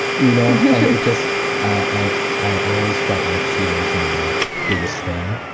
you know and it just i i always felt like she was my biggest fan,